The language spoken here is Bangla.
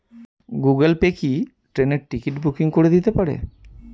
গুগল পে কি ট্রেনের টিকিট বুকিং করে দিতে পারে?